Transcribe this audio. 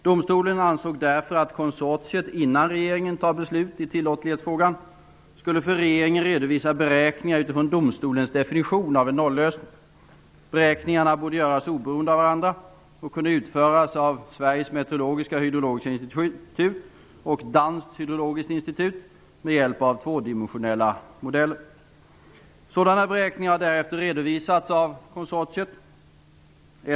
Domstolen ansåg därför att konsortiet, innan regeringen fattar beslut i tillåtlighetsfrågan, skulle för regeringen redovisa beräkningar utifrån domstolens definition av en nollösning. Beräkningarna borde göras oberoende av varandra och kunde utföras av Sveriges meteorologiska och hydrologiska institut och Danskt hydrologiskt institut med hjälp av tvådimensionella modeller. Sådana beräkningar har därefter redovisats av konsortiet.